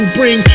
bring